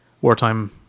wartime